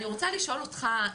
אני רוצה לשאול אותך,